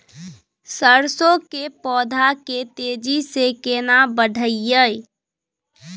सरसो के पौधा के तेजी से केना बढईये?